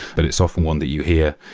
but it's often one that you hear.